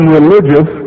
religious